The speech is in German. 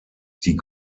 die